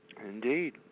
Indeed